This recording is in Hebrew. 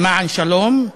למען שלום,